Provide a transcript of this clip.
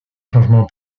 changements